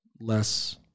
less